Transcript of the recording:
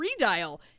redial